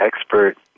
expert